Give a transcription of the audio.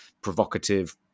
provocative